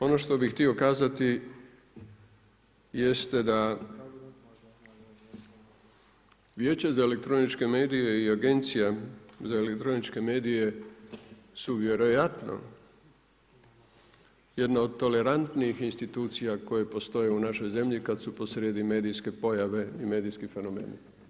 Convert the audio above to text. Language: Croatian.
Ono što bi htio kazati, jeste da Vijeće za elektroničke medije i Agencija za elektroničke medije su vjerojatno jedna od tolerantnih institucija koje postoje u našoj zemlji, kada su posredi medijske pojave i medijski fenomeni.